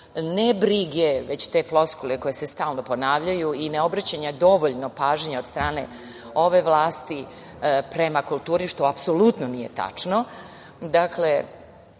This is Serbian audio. nebrige, te floskule koje se stalno ponavljaju i neobraćanja dovoljno pažnje od strane ove vlasti prema kulturi, što apsolutno nije tačno, da je